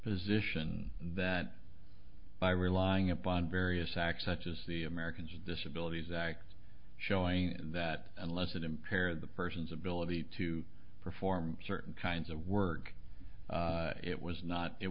position that by relying upon various acts such as the americans with disabilities act showing that unless it impair the person's ability to perform certain kinds of work it was not it